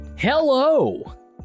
Hello